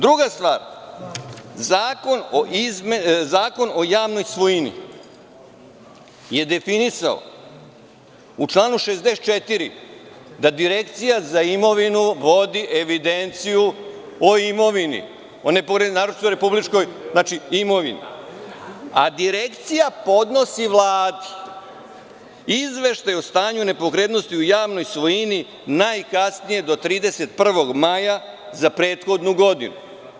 Druga stvar, Zakon o javnoj svojini je definisao u članu 64. da Direkcija za imovinu vodi evidenciju o imovini, naročito republičkoj, a Direkcija podnosi Vladi izveštaj o stanju nepokretnosti u javnoj svojini najkasnije do 31. maja za prethodnu godinu.